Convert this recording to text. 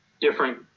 Different